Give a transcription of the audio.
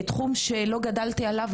תחום שלא גדלתי עליו,